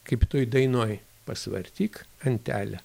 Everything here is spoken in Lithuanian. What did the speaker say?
kaip toj dainoj pasivartyk antelę